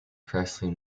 presley